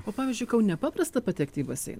o pavyzdžiui kaune paprasta patekti į baseiną